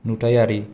नुथायारि